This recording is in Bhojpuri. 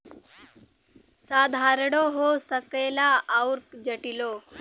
साधारणो हो सकेला अउर जटिलो